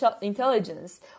intelligence